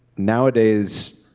nowadays,